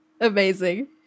Amazing